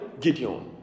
Gideon